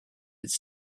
its